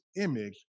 image